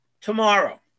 tomorrow